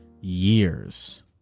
years